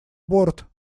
борт